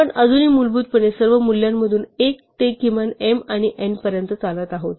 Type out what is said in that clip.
आपण अजूनही मूलभूतपणे सर्व मूल्यांमधून 1 ते किमान m आणि n पर्यंत चालत आहोत